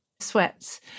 sweats